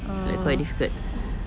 like quite difficult